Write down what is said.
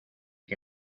que